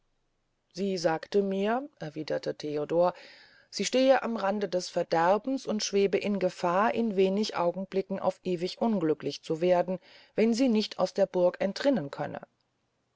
sie sagte mir erwiederte theodor sie stehe am rande des verderbens und schwebe in gefahr in wenig augenblicken auf ewig unglücklich zu werden wenn sie nicht aus der burg entrinnen könne